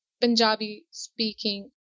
Punjabi-speaking